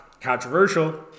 controversial